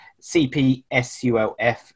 CPSULF